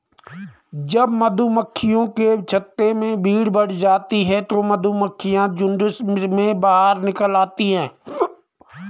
जब मधुमक्खियों के छत्ते में भीड़ बढ़ जाती है तो मधुमक्खियां झुंड में बाहर निकल आती हैं